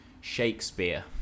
Shakespeare